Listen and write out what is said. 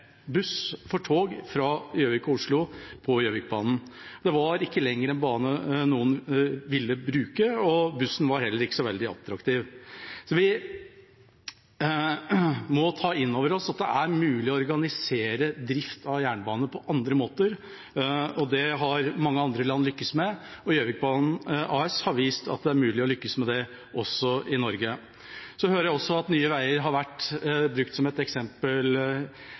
buss for tog fra Gjøvik og Oslo på Gjøvikbanen. Det var ikke lenger en bane noen ville bruke, og bussen var heller ikke så veldig attraktiv. Vi må ta inn over oss at det er mulig å organisere drift av jernbane på andre måter. Det har mange andre land lykkes med. Gjøvikbanen AS har vist at det er mulig å lykkes med det også i Norge. Jeg hører også at Nye Veier har vært brukt som et eksempel